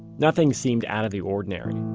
nothing seemed out of the ordinary.